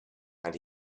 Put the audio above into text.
and